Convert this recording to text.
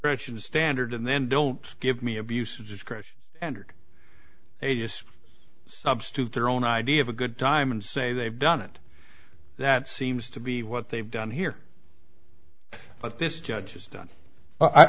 fraction standard and then don't give me abuse of discretion a yes substitute their own idea of a good time and say they've done it that seems to be what they've done here but this judge has done i